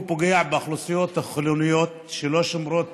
הוא פוגע באוכלוסיות החילוניות שלא שומרות